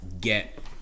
get